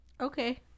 okay